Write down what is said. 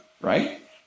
right